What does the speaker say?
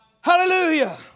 Hallelujah